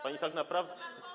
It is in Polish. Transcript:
Pani tak naprawdę.